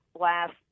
last